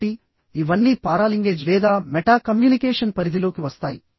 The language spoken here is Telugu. కాబట్టి ఇవన్నీ పారాలింగేజ్ లేదా మెటా కమ్యూనికేషన్ పరిధిలోకి వస్తాయి